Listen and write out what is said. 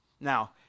Now